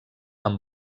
amb